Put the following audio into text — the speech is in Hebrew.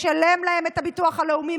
משלם להם את הביטוח הלאומי,